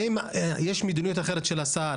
האם יש מדיניות אחרת של השר?